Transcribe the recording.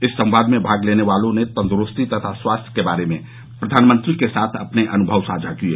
इस संवाद में भाग लेने वाले लोगों ने तंद्रूस्ती तथा स्वास्थ्य के बारे में प्रधानमंत्री के साथ अपने अनुमव साझा किए